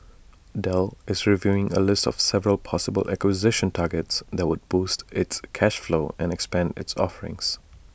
Dell is reviewing A list of several possible acquisition targets that would boost its cash flow and expand its offerings